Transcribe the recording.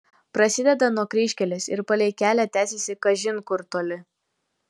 prasideda nuo kryžkelės ir palei kelią tęsiasi kažin kur toli